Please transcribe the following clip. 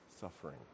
suffering